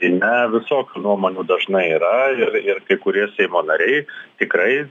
seime visokių nuomonių dažnai yra ir kai kurie seimo nariai tikrai